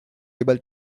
able